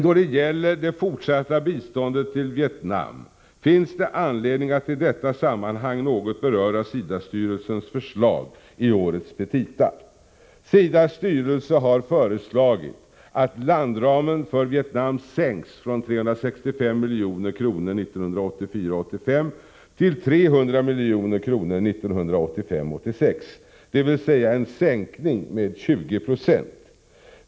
Då det gäller det fortsatta biståndet till Vietnam finns det anledning att i detta sammanhang något beröra SIDA-styrelsens förslag i årets petita. SIDA:s styrelse har föreslagit att landramen för Vietnam sänks från 365 milj.kr. 1984 86, dvs. en sänkning med 2096.